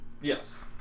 Yes